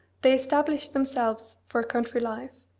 they established themselves for a country life.